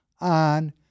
on